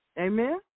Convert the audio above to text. Amen